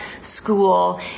school